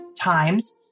times